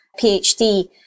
PhD